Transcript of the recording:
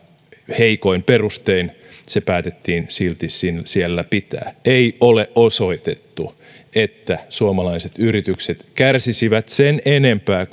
heikoin perustein se päätettiin silti siellä pitää ei ole osoitettu että suomalaiset yritykset kärsisivät sen enempää